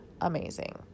amazing